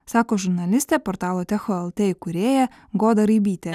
sako žurnalistė portalo techo lt įkūrėja goda raibytė